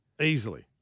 Easily